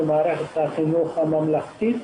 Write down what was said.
ממערכת החינוך הממלכתית.